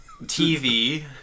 TV